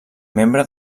membre